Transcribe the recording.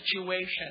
situation